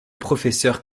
professeur